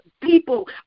people